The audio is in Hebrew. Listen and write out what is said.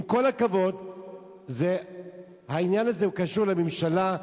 עם כל הכבוד, העניין הזה קשור לממשלה.